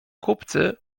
kupcy